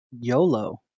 YOLO